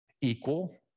Equal